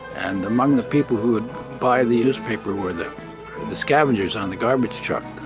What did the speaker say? and among the people who would buy the newspapers were the the scavengers on the garbage truck.